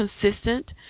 consistent